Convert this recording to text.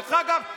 דרך אגב,